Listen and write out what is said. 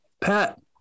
Pat